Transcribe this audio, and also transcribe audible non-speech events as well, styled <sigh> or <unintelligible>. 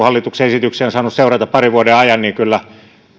<unintelligible> hallituksen esityksiä saanut seurata parin vuoden ajan että kyllä